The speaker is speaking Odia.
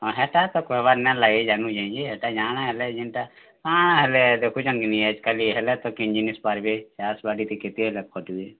ହଁ ହେଟା ତ କହେବାର୍ ନାଇ ଲାଗେ ଜାନୁଛେଁ ଯେ ହେଟା ଜାଣା ହେଲେ ଯେନ୍ଟା କା'ଣା ହେଲେ ଦେଖୁଛନ୍ କି ନି ଆଏଜ୍ କାଏଲ୍ ହେଲା ତ କେନ୍ ଜିନିଷ୍ ପାର୍ବେ ଚାଷ୍ ବାଡ଼ିରେ କେତେ ହେଲେ ଖଟ୍ବେ